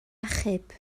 achub